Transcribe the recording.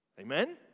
Amen